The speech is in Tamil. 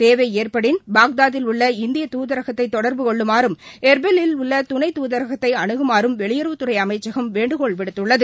தேவை ஏற்படின் பாக்தாக்கில் உள்ள இந்தியா தூதரகத்தை தொடர்பு கொள்ளுமாறும் எர்பிலில் உள்ள துணை தூதரகத்தை அனுகுமாறும் வெளியுறவுத்துறை அமைச்சகம் வேண்டுகோள் விடுத்துள்ளது